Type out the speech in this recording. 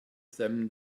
them